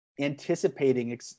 anticipating